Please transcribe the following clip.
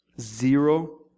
Zero